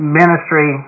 ministry